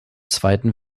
zweiten